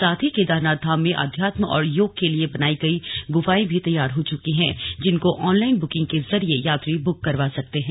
साथ ही केदारनाथ धाम में आध्यात्म और योग के लिए बनाई गई गुफाएं भी तैयार हो चुकी हैं जिनको ऑनलाइन बुकिंग के जरिए यात्री बुक करा सकते हैं